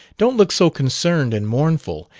don't look so concerned, and mournful,